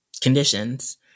conditions